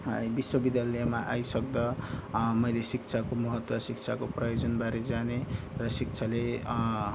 विश्वविद्यालयमा आइसक्दा मैले शिक्षाको महत्त्व शिक्षाको प्रयोजनबारे जाने र शिक्षाले